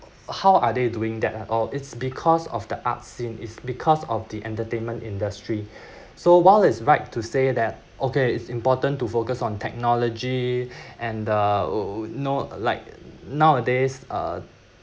how are they doing that at all it's because of the arts scene is because of the entertainment industry so while it’s right to say that okay it's important to focus on technology and the oh you know like nowadays uh